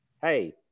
hey